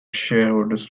shareholders